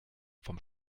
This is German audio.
vom